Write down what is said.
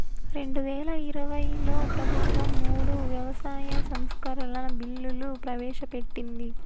రెండువేల ఇరవైలో ప్రభుత్వం మూడు వ్యవసాయ సంస్కరణల బిల్లులు ప్రవేశపెట్టింది